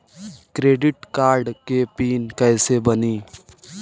Credit card के PIN कैसे बनी?